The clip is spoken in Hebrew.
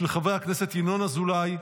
של חברי הכנסת ינון אזולאי,